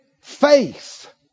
faith